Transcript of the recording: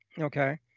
okay